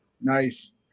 Nice